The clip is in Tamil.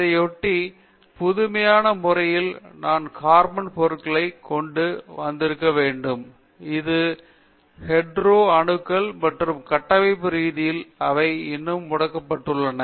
இதையொட்டி புதுமையான முறையில் நாம் கார்பன் பொருட்களைக் கொண்டு வந்திருக்க வேண்டும் இது ஹெட்டரோ அணுக்கள் மற்றும் கட்டமைப்பு ரீதியாக அவை இன்னும் முடக்கப்பட்டுள்ளன